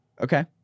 okay